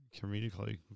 comedically